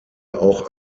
auch